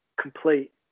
complete